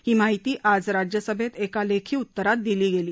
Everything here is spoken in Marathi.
ही माहिती आज राज्यसभेत एका लेखी उत्तरात दिली गेली